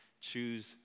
choose